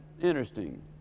interesting